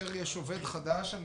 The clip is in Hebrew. כאשר יש עובד חדש,